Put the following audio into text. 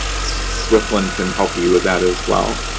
swfln can help you with that, as well.